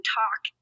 talk